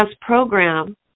program